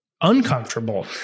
uncomfortable